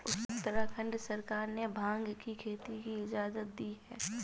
उत्तराखंड सरकार ने भाँग की खेती की इजाजत दी है